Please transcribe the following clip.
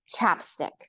chapstick